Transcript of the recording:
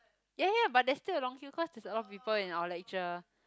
ya ya but there's still a long queue cause there's a lot of people in our lecture